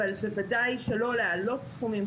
אבל בוודאי שלא להעלות סכומים,